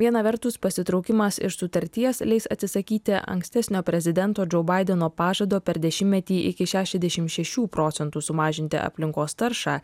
viena vertus pasitraukimas iš sutarties leis atsisakyti ankstesnio prezidento džo baideno pažado per dešimtmetį iki šešiasdešim šešių procentų sumažinti aplinkos taršą